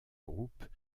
groupes